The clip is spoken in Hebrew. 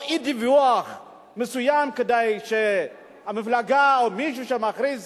או אי-דיווח מסוים, כדאי שהמפלגה או מישהו שמכריז